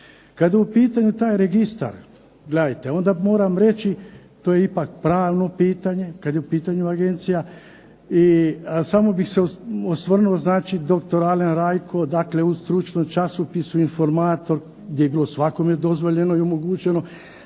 Kada je u pitanju taj registar onda moram reći to je ipak pravno pitanje, kada je u pitanju Agencija, samo bih se osvrnuo dr. Alija Rajko dakle u stručnom časopisu Informator gdje je bilo svakome dozvoljeno i omogućeno,